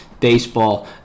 Baseball